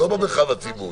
לא במרחב הציבורי.